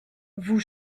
vous